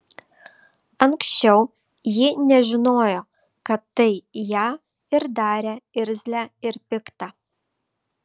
anksčiau ji nežinojo kad tai ją ir darė irzlią ir piktą